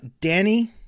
Danny